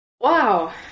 Wow